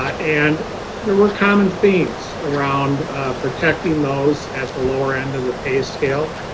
and there were common themes around protecting those at the lower end of the pay scale.